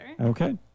okay